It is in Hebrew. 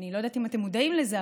אני לא יודעת אם אתם מודעים לזה,